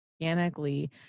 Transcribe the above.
organically